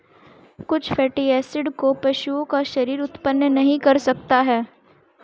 कुछ fatty acid को पशुओं का शरीर उत्पन्न नहीं कर सकता है